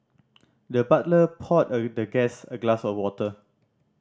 the butler poured the guest a glass of water